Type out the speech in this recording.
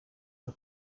que